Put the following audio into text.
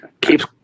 Keeps